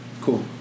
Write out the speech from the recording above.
cool